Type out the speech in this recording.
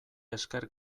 esker